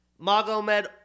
Magomed